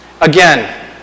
Again